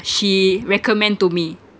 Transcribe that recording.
she recommend to me